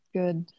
good